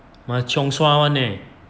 must cheong sua meh